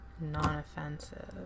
non-offensive